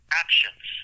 actions